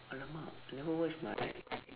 !alamak! I never wash my